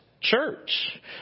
church